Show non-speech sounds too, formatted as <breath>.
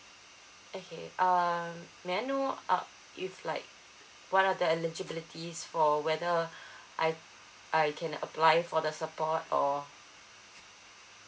okay um may I know uh if like what are the eligibility for whether <breath> I I can apply for the support or